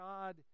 God